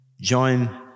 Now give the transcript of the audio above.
Join